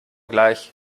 gleich